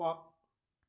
ਵਾਹ